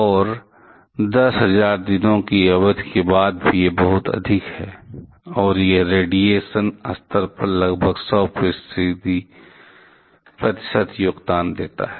और 10000 दिनों की अवधि के बाद भी यह बहुत अधिक है और यह रेडिएशन स्तर का लगभग 100 प्रतिशत योगदान देता है